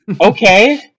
Okay